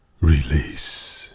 release